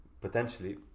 potentially